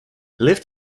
lift